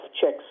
checks